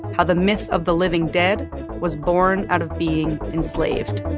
how the myth of the living dead was born out of being enslaved